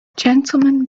gentleman